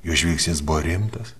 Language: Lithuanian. jo žvilgsnis buvo rimtas